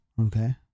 Okay